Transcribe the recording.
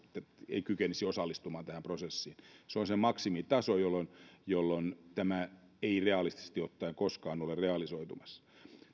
ei kykenisi osallistumaan tähän prosessiin se on se maksimitaso jolloin jolloin tämä ei realistisesti ottaen koskaan ole realisoitumassa